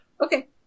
Okay